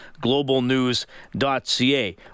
globalnews.ca